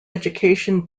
education